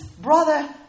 brother